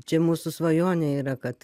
čia mūsų svajonė yra kad